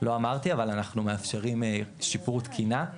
לא אמרתי אבל אנחנו מאפשרים שיפור תקינה,